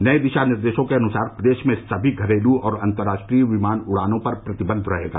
नए दिशा निर्देशों के अनुसार प्रदेश में सभी घरेलू और अंतर्राष्ट्रीय विमान उड़ानों पर प्रतिबन्ध रहेगा